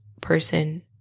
person